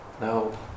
no